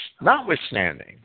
Notwithstanding